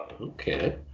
Okay